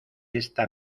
esta